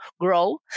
grow